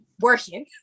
working